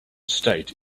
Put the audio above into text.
state